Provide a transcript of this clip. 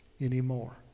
anymore